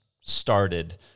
started –